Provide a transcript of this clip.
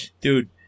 dude